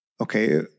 okay